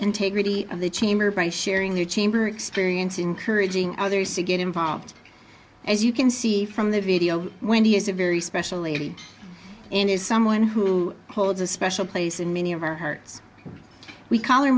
integrity of the chamber by sharing their chamber experience encouraging others to get involved as you can see from the video when he is a very special lady and is someone who holds a special place in many of our hearts we coll